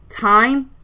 time